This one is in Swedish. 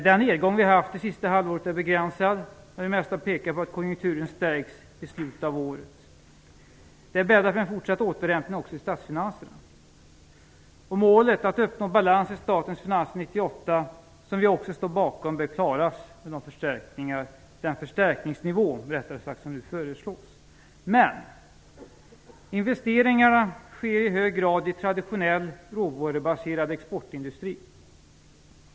Den nedgång vi haft det sista halvåret är begränsad, och det mesta pekar på att konjunkturen stärks i slutet av året. Det är bäddat för en fortsatt återhämtning också i statsfinanserna. Målet att uppnå balans i statens finanser 1998, som vi också står bakom, bör klaras med den förstärkningsnivå som nu föreslås. Men investeringarna sker i hög grad i traditionell råvarubaserad exportindustri.